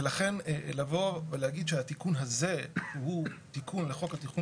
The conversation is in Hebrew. ולכן לבוא ולהגיד שהתיקון הזה הוא תיקון לחוק התכנון